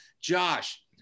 Josh